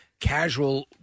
casual